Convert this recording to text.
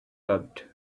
loved